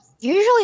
Usually